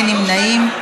אין נמנעים.